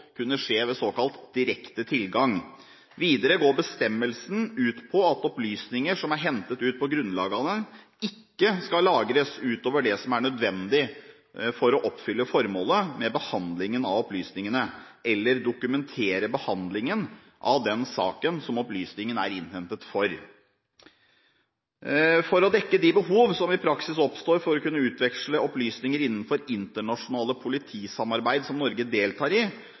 kunne skje ved såkalt direkte tilgang. Videre går bestemmelsen ut på at opplysninger som er hentet ut på dette grunnlaget, ikke skal lagres ut over det som er nødvendig for å oppfylle formålet med behandlingen av opplysningene, eller dokumentere behandlingen av den saken som opplysningen er innhentet for. For å dekke de behov som i praksis oppstår for å kunne utveksle opplysninger innenfor det internasjonale politisamarbeidet som Norge deltar i,